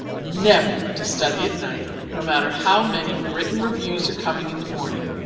never to study at night no matter how many written reviews are coming in the morning.